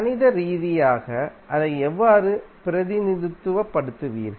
கணித ரீதியாக அதை எவ்வாறு பிரதிநிதித்துவ படுத்துவீர்கள்